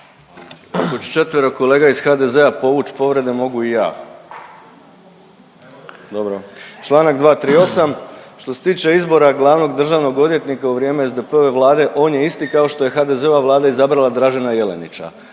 Ako će 4. kolega iz HDZ-a povuć povrede mogu i ja. Dobro. Čl. 238. Što se tiče izbora glavnog državnog odvjetnika u vrijeme SDP-ove Vlade on je isti kao što je HDZ-ova Vlada izabrala Dražena Jelenića,